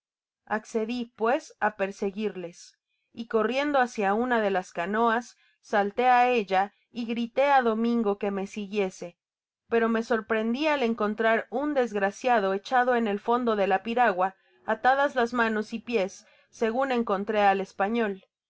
accedi pues á perseguirles y corriendo hácia una de las canoas salté á ella y grité á domingo que me siguiese pero me sorprendi al encontrar un desgraciado echado en el fondo de la piragua atadas las manos y pies segun encontré al español